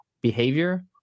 behavior